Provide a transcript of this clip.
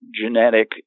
genetic